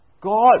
God